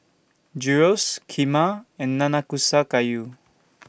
Gyros Kheema and Nanakusa Gayu